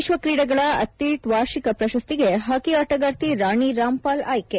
ವಿಶ್ವ ಕ್ರೀಡೆಗಳ ಅಥ್ಲೀಟ್ ವಾರ್ಷಿಕ ಪ್ರಶಸ್ತಿಗೆ ಹಾಕಿ ಆಟಗಾರ್ತಿ ರಾಣಿ ರಾಂಪಾಲ್ ಆಯ್ತೆ